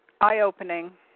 eye-opening